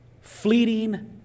fleeting